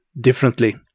differently